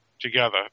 together